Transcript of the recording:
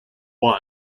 one